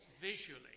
visually